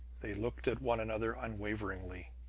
they looked at one another unwaveringly.